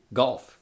golf